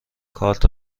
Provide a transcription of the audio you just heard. کارت